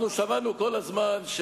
אנחנו שמענו כל הזמן,